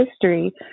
history